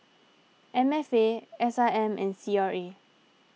M F A S I M and C R A